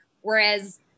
Whereas